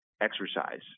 exercise